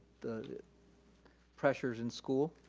the pressures in school.